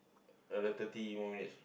another thirty more minutes